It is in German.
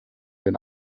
den